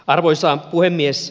arvoisa puhemies